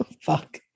fuck